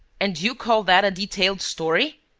and you call that a detailed story!